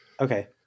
okay